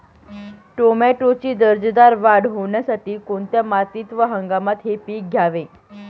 टोमॅटोची दर्जेदार वाढ होण्यासाठी कोणत्या मातीत व हंगामात हे पीक घ्यावे?